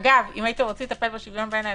אגב, אם הייתם רוצים לטפל בשוויון בין האזרחים,